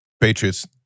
Patriots